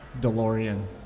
Delorean